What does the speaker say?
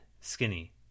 skinny